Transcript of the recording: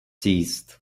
seized